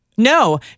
No